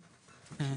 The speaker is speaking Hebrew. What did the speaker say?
(ב)